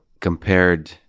compared